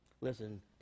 Listen